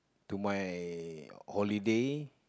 to my holiday